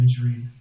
imagery